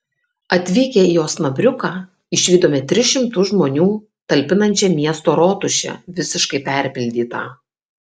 atvykę į osnabriuką išvydome tris šimtus žmonių talpinančią miesto rotušę visiškai perpildytą